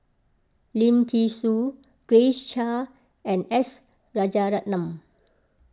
Lim thean Soo Grace Chia and S Rajaratnam